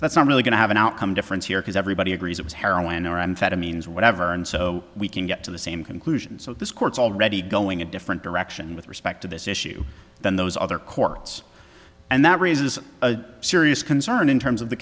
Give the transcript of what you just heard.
that's not really going to have an outcome difference here because everybody agrees it was heroin or amphetamines or whatever and so we can get to the same conclusion so this court's already going a different direction with respect to this issue than those other courts and that raises a serious concern in terms of the